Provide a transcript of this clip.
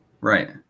Right